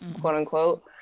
quote-unquote